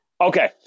okay